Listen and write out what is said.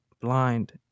blind